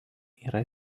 yra